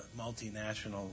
multinational